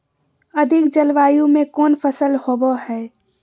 अधिक जलवायु में कौन फसल होबो है?